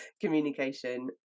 communication